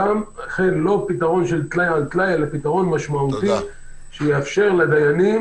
לא פתרון של טלאי על טלאי אלא פתרון משמעותי שיאפשר לדיינים